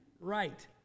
right